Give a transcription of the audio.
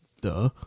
duh